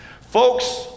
folks